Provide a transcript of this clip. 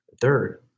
Third